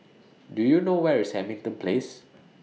Do YOU know Where IS Hamilton Place